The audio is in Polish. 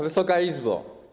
Wysoka Izbo!